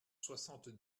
soixante